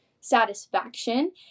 satisfaction